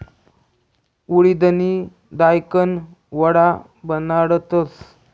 उडिदनी दायकन वडा बनाडतस